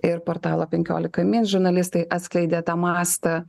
ir portalo penkiolika min žurnalistai atskleidė tą mastą